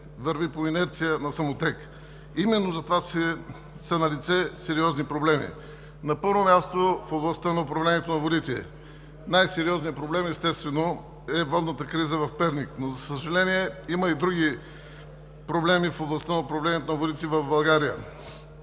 върви по инерция, на самотек. Именно затова са налице сериозни проблеми, на първо място, в областта на управлението на водите. Най-сериозният проблем, естествено, е водната криза в Перник, но, за съжаление, има и други проблеми в областта на управлението на водите в България.